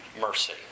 mercy